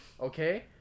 okay